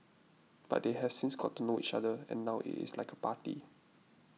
but they have since got to know each other and now it is like a party